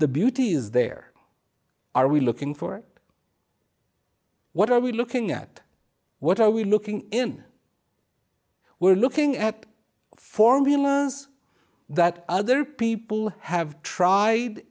the beauty is there are we looking for what are we looking at what are we looking in we're looking at former humans that other people have tried